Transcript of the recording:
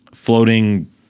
floating